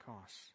costs